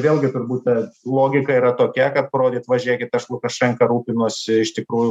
vėlgi turbūt ta logika yra tokia kad parodyt va žiūrėkit aš lukašenka rūpinuosi iš tikrųjų